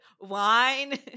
wine